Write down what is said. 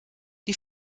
die